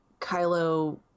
Kylo